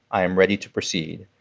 i am ready to proceed.